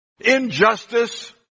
injustice